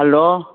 hello